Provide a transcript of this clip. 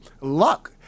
Luck